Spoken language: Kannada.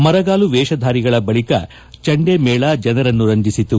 ಮರಗಾಲು ವೇಷಧಾರಿಗಳ ಬಳಿಕ ಚಂಡೆ ಮೇಳ ಜನರನ್ನು ರಂಜಿಸಿತು